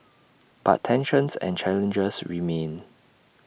but tensions and challenges remain